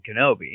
Kenobi